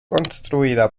construida